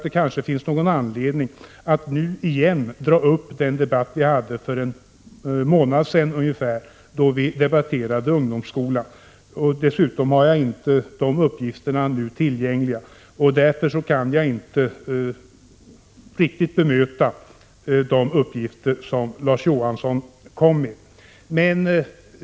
Det finns ingen anledning att på nytt dra upp den debatt som vi förde för ungefär en månad sedan, då vi debatterade ungdomsskolan. Dessutom har jag inte uppgifterna tillgängliga och kan därför inte bemöta Larz Johanssons påståenden.